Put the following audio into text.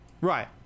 Right